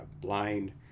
blind